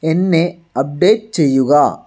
എന്നെ അപ്ഡേറ്റ് ചെയ്യുക